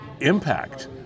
impact